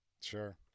Sure